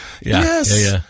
Yes